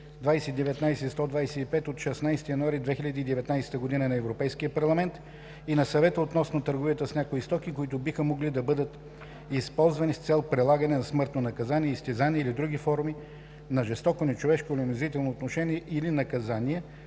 2019/125 от 16 януари 2019 г. на Европейския парламент и на Съвета относно търговията с някои стоки, които биха могли да бъдат използвани с цел прилагане на смъртно наказание, изтезания или други форми на жестоко, нечовешко или унизително отношение или наказание,